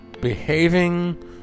behaving